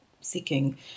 seeking